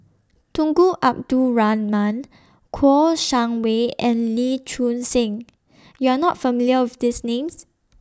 Tunku Abdul Rahman Kouo Shang Wei and Lee Choon Seng YOU Are not familiar with These Names